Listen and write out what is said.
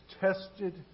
tested